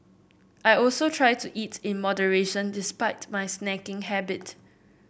I also try to eat in moderation despite my snacking habit